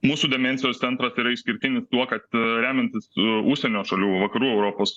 mūsų demencijos centras yra išskirtinis tuo kad remiantis užsienio šalių vakarų europos